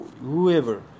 whoever